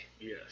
Yes